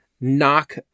knock